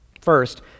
First